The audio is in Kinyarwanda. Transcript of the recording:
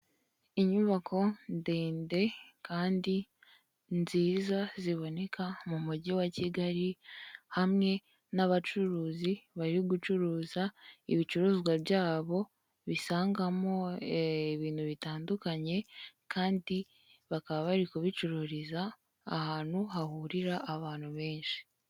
Inyubako ndende kandi nziza ziboneka mu mujyi wa Kigali hamwe n'abacuruzi bari gucuruza ibicuruzwa byabo, bisangamo ibintu bitandukanye kandi bakaba bari kubicururiza ahantu hahurira abantu benshi.